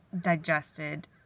digested